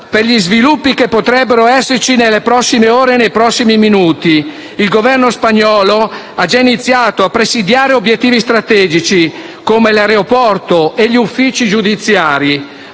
per gli sviluppi che potrebbero esserci nelle prossime ore e minuti. Il Governo spagnolo ha già iniziato a presidiare obiettivi strategici come l'aeroporto e gli uffici giudiziari.